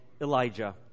Elijah